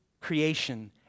creation